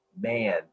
man